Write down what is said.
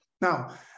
now